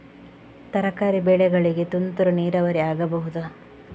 ತರಕಾರಿ ಬೆಳೆಗಳಿಗೆ ತುಂತುರು ನೀರಾವರಿ ಆಗಬಹುದಾ?